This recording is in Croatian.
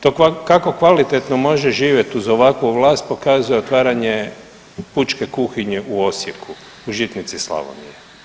To kako kvalitetno može živjet uz ovakvu vlast, pokazuje otvaranje pučke kuhinje u Osijeku, žitnice Slavonije.